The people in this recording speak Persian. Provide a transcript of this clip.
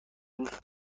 دوست